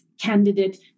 candidate